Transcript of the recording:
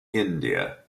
india